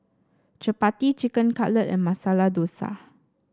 Chapati Chicken Cutlet and Masala Dosa